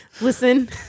listen